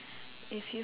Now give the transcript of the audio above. if you